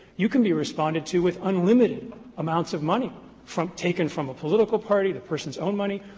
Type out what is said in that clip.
you can be responded to with unlimited amounts of money from taken from a political party, the person's own money,